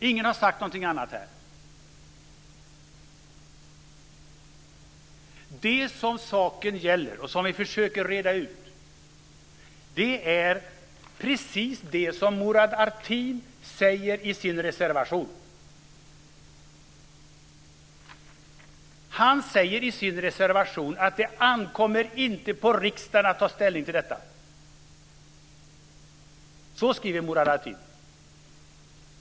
Ingen har sagt något annat här. Det saken gäller, som vi försöker reda ut, är precis det som Murad Artin säger i sin reservation. Han säger i sin reservation att det ankommer inte på riksdagen att ta ställning till detta. Så skriver Murad Artin.